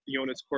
Jonas